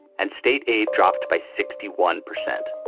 and state aid dropped by sixty one percent